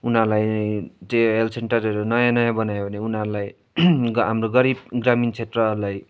उनीहरूलाई त्यो हेल्थ सेन्टरहरू नयाँ नयाँ बनायो भने उनीहरूलाई हाम्रो गरिब ग्रामीण क्षेत्रहरूलाई